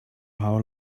how